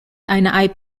eine